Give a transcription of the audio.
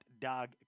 dog